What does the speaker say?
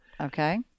Okay